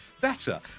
better